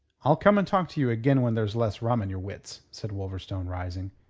i'll come and talk to you again when there's less rum in your wits, said wolverstone, rising.